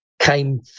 came